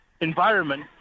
environment